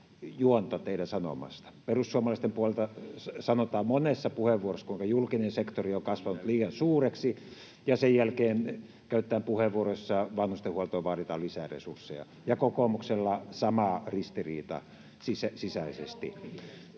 Perussuomalaisten puolelta sanotaan monessa puheenvuorossa, kuinka julkinen sektori on kasvanut liian suureksi, ja sen jälkeen käytetään puheenvuoro, jossa vanhustenhuoltoon vaaditaan lisää resursseja. Ja kokoomuksella on sama ristiriita sisäisesti.